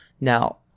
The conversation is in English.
Now